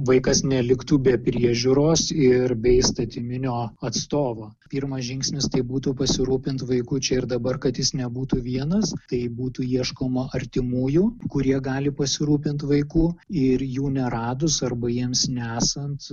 vaikas neliktų be priežiūros ir be įstatyminio atstovo pirmas žingsnis tai būtų pasirūpint vaiku čia ir dabar kad jis nebūtų vienas taip būtų ieškoma artimųjų kurie gali pasirūpint vaiku ir jų neradus arba jiems nesant